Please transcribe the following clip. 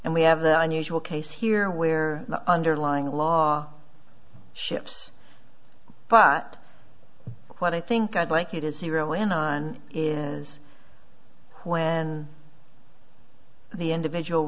and we have the unusual case here where the underlying law ships but what i think i'd like you to zero in on is when the individual